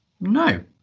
no